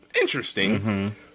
interesting